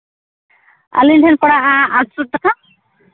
ᱟᱹᱞᱤᱧ ᱴᱷᱮᱱ ᱯᱟᱲᱟᱜᱼᱟ ᱟᱴᱥᱚ ᱴᱟᱠᱟ